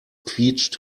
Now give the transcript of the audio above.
quietscht